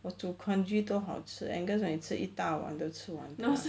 我煮 congee 都好吃 eh 跟你讲你吃一大碗都吃完